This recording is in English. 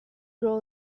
grow